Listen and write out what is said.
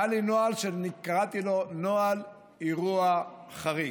היה לי נוהל שקראתי לו: נוהל אירוע חריג.